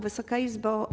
Wysoka Izbo!